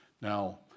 Now